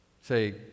Say